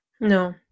No